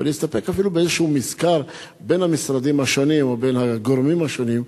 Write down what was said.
ולהסתפק אפילו באיזה מזכר בין המשרדים השונים או בין הגורמים השונים,